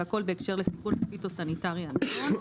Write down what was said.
והכל בהקשר לסיכון הפיטוסניטרי הנדון.